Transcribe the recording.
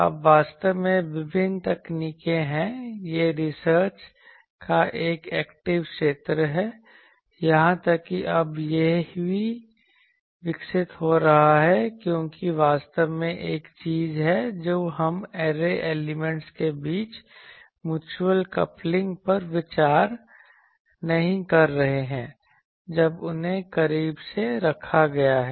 अब वास्तव में विभिन्न तकनीकें हैं यह रिसर्च का एक एक्टिव क्षेत्र है यहां तक कि अब यह भी विकसित हो रहा है क्योंकि वास्तव में एक चीज है जो हम ऐरे एलिमेंट के बीच म्यूचल कपलिंग पर विचार नहीं कर रहे हैं जब उन्हें करीब से रखा गया है